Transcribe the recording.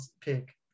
pick